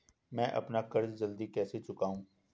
मैं अपना कर्ज जल्दी कैसे चुकाऊं?